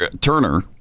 Turner